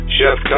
Chef